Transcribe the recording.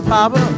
Papa